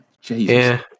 Jesus